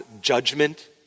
judgment